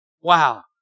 Wow